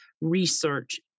research